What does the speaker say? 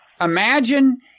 imagine